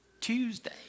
Tuesday